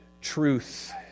truth